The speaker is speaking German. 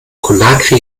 conakry